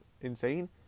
insane